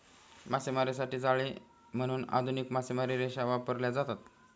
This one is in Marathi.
मासेमारीसाठी जाळी म्हणून आधुनिक मासेमारी रेषा वापरल्या जातात